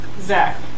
Zach